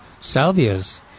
salvias